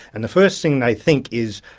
and the first thing they think is,